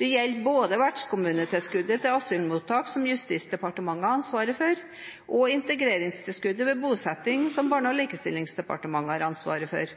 Det gjelder både vertskommunetilskuddet til asylmottak, som Justisdepartementet har ansvaret for, og integreringstilskuddet ved bosetting, som Barne-, likestillings- og inkluderingsdepartementet har ansvaret for.